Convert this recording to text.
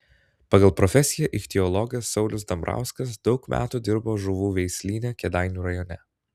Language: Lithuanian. pagal profesiją ichtiologas saulius dambrauskas daug metų dirbo žuvų veislyne kėdainių rajone